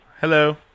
Hello